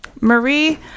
marie